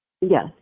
Yes